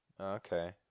Okay